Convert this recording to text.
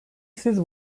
siz